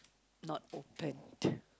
not opened